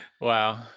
Wow